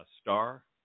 star